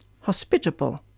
hospitable